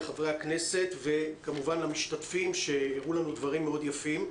לחברי הכנסת וכמובן למשתתפים שהראו לנו דברים יפים מאוד.